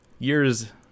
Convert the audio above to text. years